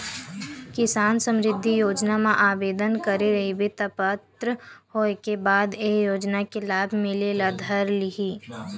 किसान समरिद्धि योजना म आबेदन करे रहिबे त पात्र होए के बाद ए योजना के लाभ मिले ल धर लिही